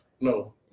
No